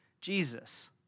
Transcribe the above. Jesus